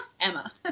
Emma